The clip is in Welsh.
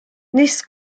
nis